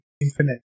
infinite